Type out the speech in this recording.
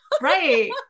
right